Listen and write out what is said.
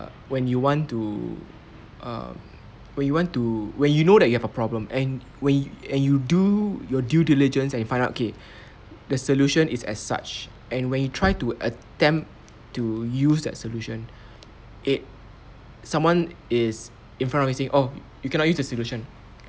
when you want to err when you want to when you know that you have a problem and when and you do your due diligence and you find out okay the solution is as such and when you try to attempt to use that solution it someone is in front of you saying oh you cannot use the solution